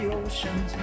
oceans